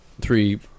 three